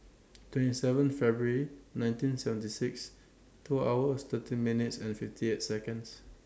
twenty seven February nineteen seventy six two hours thirteen minutes and fifty eight Seconds